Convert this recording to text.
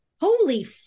Holy